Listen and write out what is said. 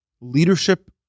Leadership